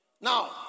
Now